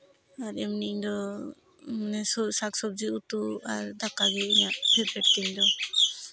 ᱟᱨ ᱮᱢᱱᱤ ᱤᱧᱫᱚ ᱢᱟᱱᱮ ᱥᱟᱠᱼᱥᱚᱵᱽᱡᱤ ᱩᱛᱩ ᱟᱨ ᱫᱟᱠᱟᱜᱮ ᱤᱧᱟᱹᱜ ᱯᱷᱮᱵᱟᱨᱤᱴ ᱛᱤᱧ ᱫᱚ